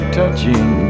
touching